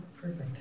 perfect